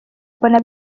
mbona